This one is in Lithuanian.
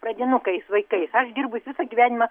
pradinukais vaikais aš dirbus visą gyvenimą